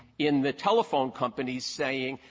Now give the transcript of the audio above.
in the telephone company saying,